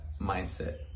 mindset